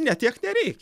ne tiek nereikia